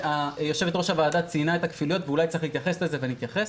יושבת-ראש הוועדה ציינה את הכפילויות ואולי צריך להתייחס לזה ונתייחס.